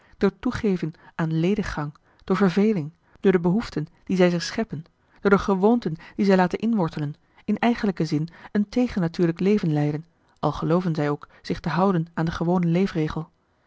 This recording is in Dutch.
door toegeven aan lediggang door verveling door de behoeften die zij zich scheppen door de gewoonten die zij laten inwortelen in eigenlijken zin een tegennatuurlijk leven leiden al gelooven zij ook zich te houden aan den gewonen